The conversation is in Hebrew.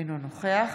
אינו נוכח